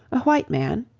a white man,